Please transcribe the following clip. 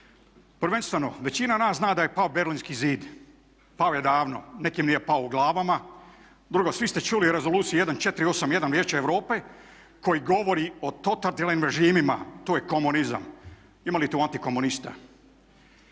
Prvenstveno većina nas zna da je pao Berlinski zid, pao je davno, nekim nije pao u glavama. Drugo, svi ste čuli Rezoluciji 1481 Vijeća Europe koji govori o totalitarnim režimima to je komunizam. Ima li tu anti komunista?